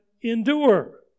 endure